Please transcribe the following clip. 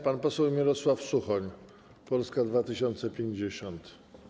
Pan poseł Mirosław Suchoń, Polska 2050.